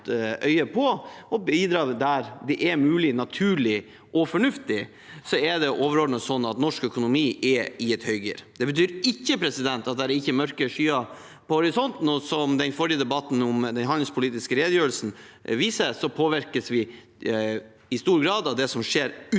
og bidra der det er mulig, naturlig og fornuftig, er det overordnet sånn at norsk økonomi er i høygir. Det betyr ikke at det ikke er mørke skyer i horisonten. Som den forrige debatten om den handelspolitiske redegjørelsen viser, påvirkes vi i stor grad av det som skjer utenfor